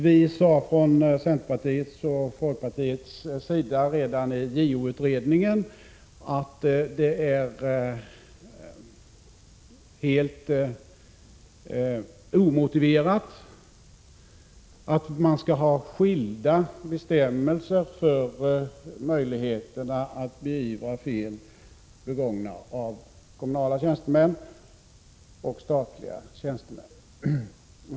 Vi framhöll från centerpartiets och folkpartiets sida redan i JO-utredningen att det är helt omotiverat att man skall ha skilda bestämmelser för möjligheterna att beivra fel begångna av kommunala tjänstemän resp. av statliga tjänstemän.